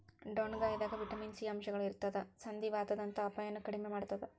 ಡೊಣ್ಣಗಾಯಿದಾಗ vitamin C ಅಂಶಗಳು ಇರತ್ತದ ಸಂಧಿವಾತದಂತ ಅಪಾಯನು ಕಡಿಮಿ ಮಾಡತ್ತದ